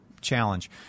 challenge